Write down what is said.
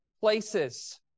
places